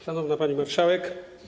Szanowna Pani Marszałek!